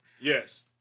Yes